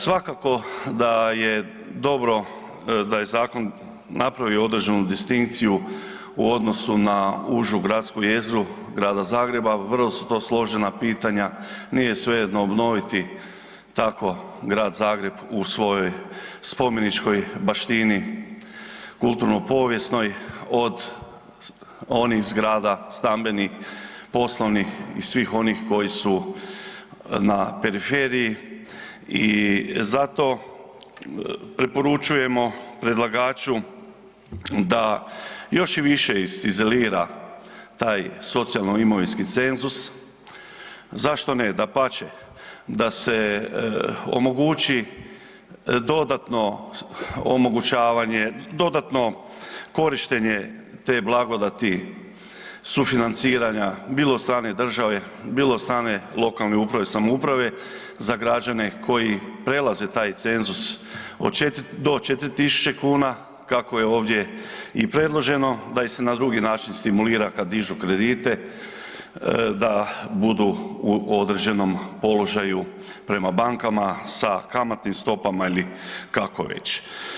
Svakako da je dobro da je zakon napravio određenu distinkciju u odnosu na užu gradsku jezgru grada Zagreba, vrlo su to složena pitanja, nije svejedno obnoviti tako grad Zagreb u svojoj spomeničkoj baštini, kulturno-povijesnoj od onih zgrada stambenih, poslovnih i svih onih koji su na periferiji i zato preporučujemo predlagaču da još i više iznivelira taj socijalno-imovinski cenzus, zašto ne, dapače, da se omogući dodatno omogućavanje, dodatno korištenje te blagodati sufinanciranja, bilo od strane države, bilo od strane lokalne uprave i samouprave za građane koji prelaze taj cenzus do 4000 kn kako je ovdje i predloženo, da ih se na drugi način stimulira kad dižu kredite, da budu u određenom položaju prema bankama sa kamatnim stopama ili kako već.